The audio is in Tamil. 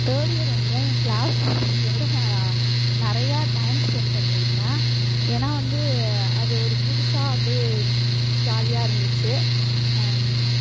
தேர்ட் இயர் வந்துதான் என் க்ளாஸ் பசங்களோடு நான் நிறையா டைம் ஸ்பெண்ட் பண்ணியிருக்கேன் ஏன்னா வந்து அது ஒரு புதுசாக அப்படியே ஜாலியாக இருந்துச்சு